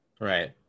Right